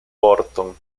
vorton